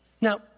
Now